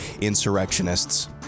insurrectionists